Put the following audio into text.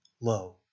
low